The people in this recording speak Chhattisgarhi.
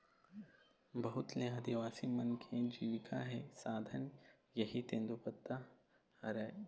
बहुत ले आदिवासी मन के जिविका के साधन इहीं तेंदूपत्ता हरय